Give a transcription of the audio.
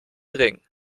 ring